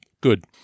Good